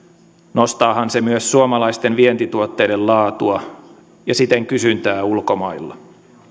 nostaahan se myös suomalaisten vientituotteiden laatua ja siten kysyntää ulkomailla